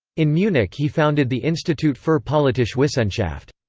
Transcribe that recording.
in munich he founded the institut fur politische wissenschaft.